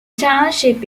township